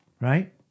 Right